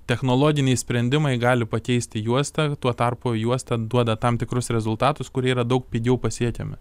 technologiniai sprendimai gali pakeisti juostą tuo tarpu juosta duoda tam tikrus rezultatus kurie yra daug pigiau pasiekiami